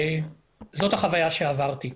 זאת החוויה שעברתי.